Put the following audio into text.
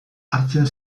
hartzen